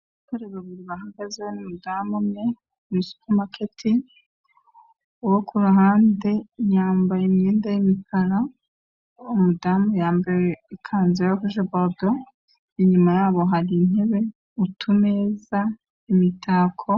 Abasore babiri bahagaze n'umudamu umwe, muri supa maketi. Uwo kuruhande yambaye imyenda y'umukara, umudamu yambaye ikanzu yaruje borudo, inyuma yabo hari intebe, utumeza, imitako.